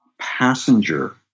passenger